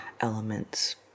elements